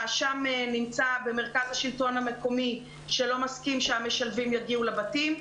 האשם נמצא במרכז השלטון המקומי שלא מסכים שהמשלבים יגיעו לבתים.